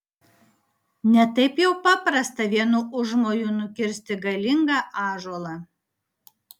ne taip jau paprasta vienu užmoju nukirsti galingą ąžuolą